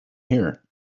here